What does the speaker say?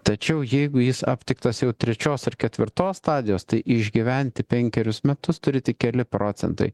tačiau jeigu jis aptiktas jau trečios ar ketvirtos stadijos tai išgyventi penkerius metus turi tik keli procentai